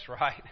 right